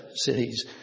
cities